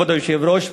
כבוד היושב-ראש,